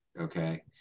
okay